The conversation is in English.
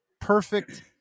perfect